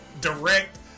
direct